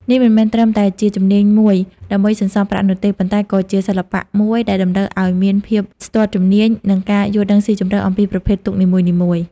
នេះមិនមែនត្រឹមតែជាជំនាញមួយដើម្បីសន្សំប្រាក់នោះទេ ប៉ុន្តែក៏ជាសិល្បៈមួយដែលតម្រូវឲ្យមានភាពស្ទាត់ជំនាញ និងការយល់ដឹងស៊ីជម្រៅអំពីប្រភេទទូកនីមួយៗ។